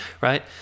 right